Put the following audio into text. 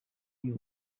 iyo